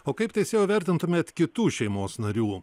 o kaip teisėjau vertintumėt kitų šeimos narių